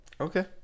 Okay